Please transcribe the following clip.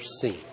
seen